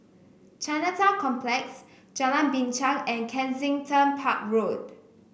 Chinatown Complex Jalan Binchang and Kensington Park Road